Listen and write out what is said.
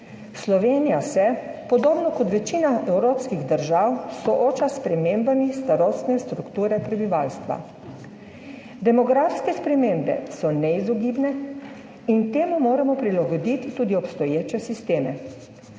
Slovenija se, podobno kot večina evropskih držav, sooča s spremembami starostne strukture prebivalstva. Demografske spremembe so neizogibne in temu moramo prilagoditi tudi obstoječe sisteme.